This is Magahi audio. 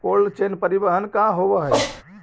कोल्ड चेन परिवहन का होव हइ?